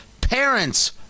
Parents